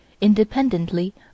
independently